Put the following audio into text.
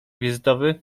wizytowy